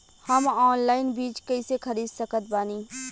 हम ऑनलाइन बीज कइसे खरीद सकत बानी?